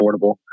affordable